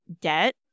debt